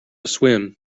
swim